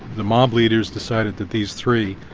the mob leaders decided that these three,